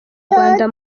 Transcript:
rwanda